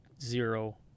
zero